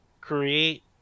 create